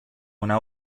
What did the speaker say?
una